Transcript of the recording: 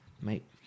mate